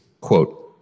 Quote